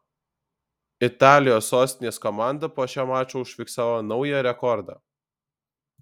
italijos sostinės komanda po šio mačo užfiksavo naują rekordą